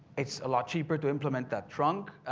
it's a lot cheaper to implement that trunk.